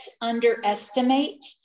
underestimate